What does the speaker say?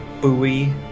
buoy